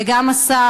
וגם השר.